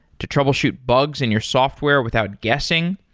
to troubleshoot bugs in your software without guessing.